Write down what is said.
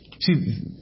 See